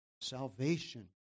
salvation